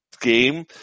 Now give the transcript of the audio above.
game